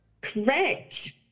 Correct